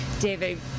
David